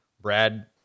Brad